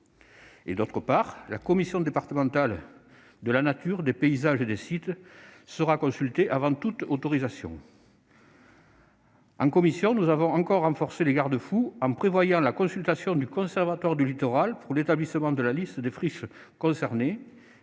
; d'autre part, la commission départementale de la nature, des paysages et des sites sera consultée avant toute autorisation. En commission, nous avons encore renforcé les garde-fous, en prévoyant la consultation du Conservatoire du littoral pour l'établissement de la liste des friches concernées